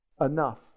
enough